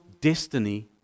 destiny